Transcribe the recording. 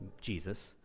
Jesus